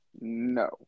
No